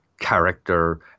character